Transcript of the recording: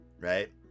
right